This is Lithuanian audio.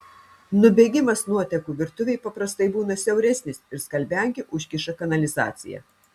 nubėgimas nuotekų virtuvėj paprastai būna siauresnis ir skalbiankė užkiša kanalizaciją